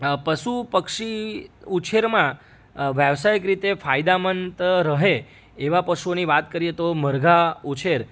આ પશુ પક્ષી ઉછેરમાં વ્યવસાઈક રીતે ફાયદામંદ રહે એવા પશુઓની વાત કરીએ તો મરઘા ઉછેર